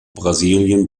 brasilien